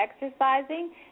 exercising